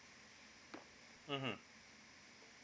mmhmm